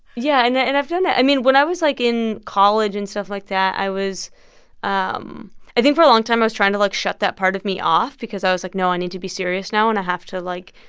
yeah, and and i've done that i mean, when i was, like, in college and stuff like that, i was um i think for a long time, i was trying to, like, shut that part of me off because i was like, no, i need to be serious now. and i have to, like,